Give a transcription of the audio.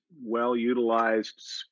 well-utilized